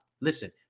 listen